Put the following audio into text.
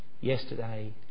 yesterday